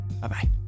Bye-bye